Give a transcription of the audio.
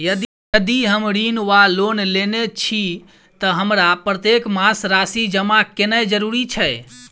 यदि हम ऋण वा लोन लेने छी तऽ हमरा प्रत्येक मास राशि जमा केनैय जरूरी छै?